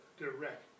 direct